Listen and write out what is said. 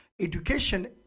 education